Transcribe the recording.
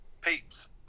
peeps